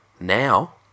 now